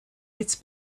it’s